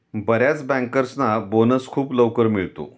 बर्याच बँकर्सना बोनस खूप लवकर मिळतो